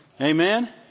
Amen